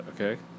okay